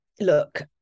Look